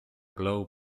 glow